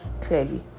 clearly